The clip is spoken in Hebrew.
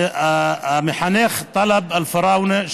המחנך טאלב אלפראונה,